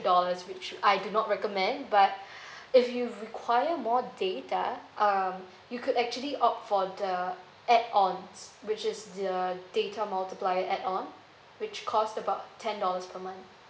dollars which I do not recommend but if you require more data um you could actually opt for the add ons which is the data multiplier add on which cost about ten dollars per month